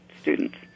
students